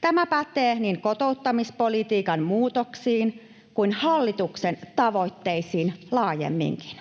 Tämä pätee niin kotouttamispolitiikan muutoksiin kuin hallituksen tavoitteisiin laajemminkin.